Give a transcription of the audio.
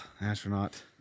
astronaut